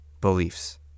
beliefs